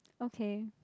okay